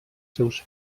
seus